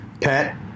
Pat